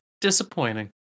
disappointing